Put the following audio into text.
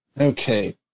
okay